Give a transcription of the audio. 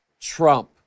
trump